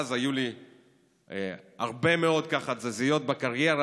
ואז הייתה לי הרבה מאוד תזזיות בקריירה,